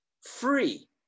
free